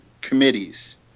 committees